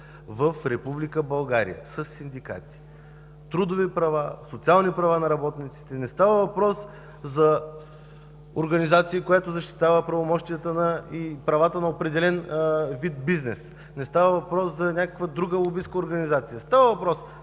в Република България със синдикатите – трудови права, социални права на работниците и така нататък. Не става въпрос за организация, която защитава правомощията и правата на определен вид бизнес, не става въпрос за друга лобистка организация. Става въпрос